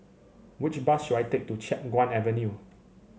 which bus should I take to Chiap Guan Avenue